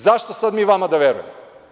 Zašto sad mi vama da verujemo?